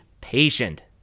patient